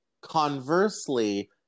conversely